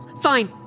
Fine